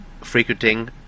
frequenting